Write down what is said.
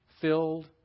filled